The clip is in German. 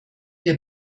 der